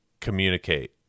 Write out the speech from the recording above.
communicate